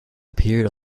appeared